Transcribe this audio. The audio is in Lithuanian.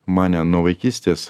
mane nuo vaikystės